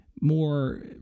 more